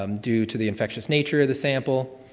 um due to the infectious nature of the sample.